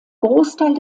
großteil